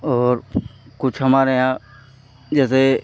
और कुछ हमारे यहाँ जैसे